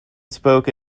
spoke